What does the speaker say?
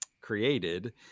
created